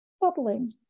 bubbling